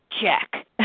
check